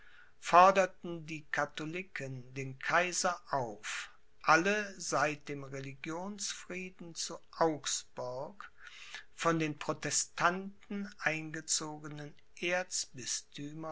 forderten die katholiken den kaiser auf alle seit dem religionsfrieden zu augsburg von den protestanten eingezogenen